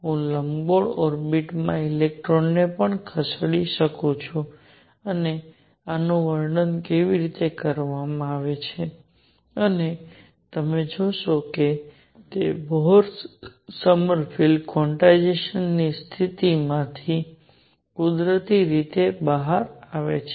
હું લંબગોળ ઓર્બિટ્સ માં ઇલેક્ટ્રોન પણ ખસેડી શકું છું અને આનું વર્ણન કેવી રીતે કરવામાં આવે છે અને તમે જોશો કે તે બોહર સોમરફેલ્ડ ક્વોન્ટાઇઝેશનની સ્થિતિમાંથી કુદરતી રીતે બહાર આવે છે